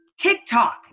TikTok